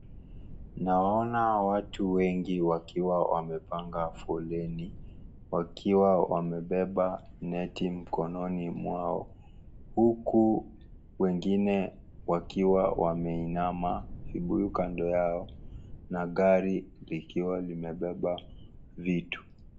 Naona watu wengi wakiwa wamepanga foleni, wakiwa wamebeba neti mkononi mwao, huku wengine wakiwa wameinama vibuyu kando yao, na gari likiwa limebeba vitu.